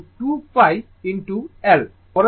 পরে সংখ্যাগত তা জানতে পারবে